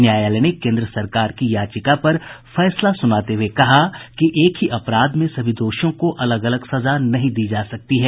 न्यायालय ने केन्द्र सरकार की याचिका पर फैसला सुनाते हुए कहा कि एक ही अपराध में सभी दोषियों को अलग अलग सजा नहीं दी जा सकती है